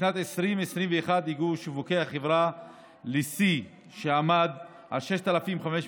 בשנת 2021 הגיעו שיווקי החברה לשיא שעמד על כ-6,500